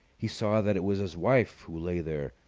he saw that it was his wife who lay there,